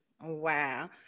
Wow